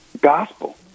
gospel